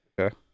Okay